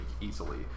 easily